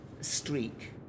streak